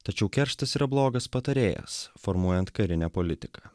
tačiau kerštas yra blogas patarėjas formuojant karinę politiką